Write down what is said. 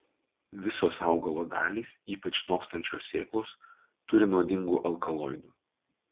visos augalo dalys ypač nokstančios sėklos turi nuodingų alkaloidų